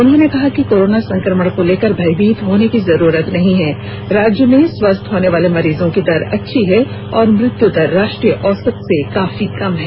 उन्होंने कहा कि कोरोना संक्रमण को लेकर भयभीत होने की जरूरत नहीं है राज्य में स्वस्थ होने वाले मरीजों की दर अच्छी है और मृत्यु दर राष्ट्रीय औसत से काफी कम है